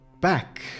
back